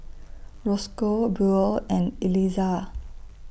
Rosco Buell and Elizah